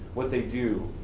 what they do,